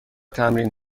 تمرین